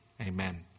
Amen